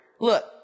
Look